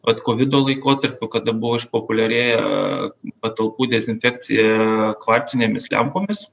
vat kovido laikotarpiu kada buvo išpopuliarėję patalpų dezinfekcija kvarcinėmis lempomis